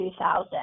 2000